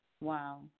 Wow